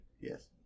Yes